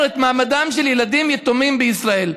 את מעמדם של ילדים יתומים בישראל.